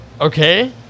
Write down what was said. Okay